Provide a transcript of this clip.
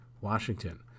Washington